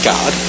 God